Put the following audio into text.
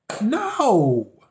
no